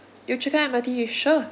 yio chu kang M_R_T sure